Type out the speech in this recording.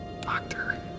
Doctor